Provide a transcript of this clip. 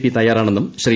P തയ്യാറാണെന്നും ശ്രീ